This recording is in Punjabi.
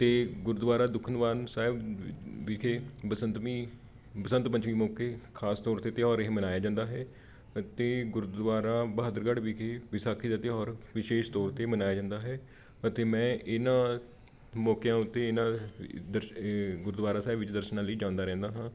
ਅਤੇ ਗੁਰਦੁਆਰਾ ਦੂਖਨਿਵਾਰਨ ਸਾਹਿਬ ਵਿਖੇ ਬਸੰਤਮੀ ਬਸੰਤ ਪੰਚਮੀ ਮੌਕੇ ਖਾਸ ਤੌਰ 'ਤੇ ਤਿਉਹਾਰ ਇਹ ਮਨਾਇਆ ਜਾਂਦਾ ਹੈ ਅਤੇ ਗੁਰਦੁਆਰਾ ਬਹਾਦਰਗੜ੍ਹ ਵਿਖੇ ਵਿਸਾਖੀ ਦਾ ਤਿਉਹਾਰ ਵਿਸ਼ੇਸ਼ ਤੌਰ 'ਤੇ ਮਨਾਇਆ ਜਾਂਦਾ ਹੈ ਅਤੇ ਮੈਂ ਇਹਨਾਂ ਮੌਕਿਆਂ ਉੱਤੇ ਇਹਨਾਂ ਦਰ ਗੁਰਦੁਆਰਾ ਸਾਹਿਬ ਵਿੱਚ ਦਰਸ਼ਨਾਂ ਲਈ ਜਾਂਦਾ ਰਹਿੰਦਾ ਹਾਂ